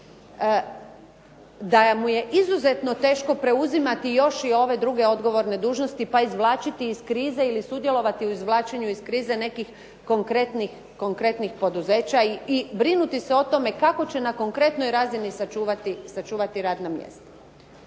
da mu je izuzetno teško preuzimati još i ov druge odgovorne dužnosti, pa izvlačiti iz krize ili sudjelovati u izvlačenju iz krize nekih konkretnih poduzeća i brinuti se o tome kako će na konkretnoj razini sačuvati radna mjesta.